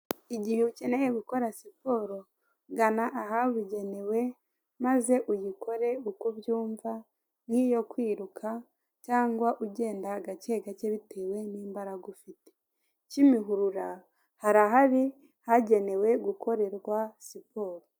Aha ngaha hari amazu menshi cyane yubatse neza kandi mu buryo butandukanye amwe afite amabati afite ibara ry'umutuku andi afite ibara ry'umukara n'amazu yasizwe amarangi atandukanye kandi hari n'ibiti bikikije ayo mazu byiza cyane bituma abatuyemo babasha kubona umuyaga.